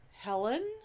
Helen